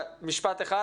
משפט אחד,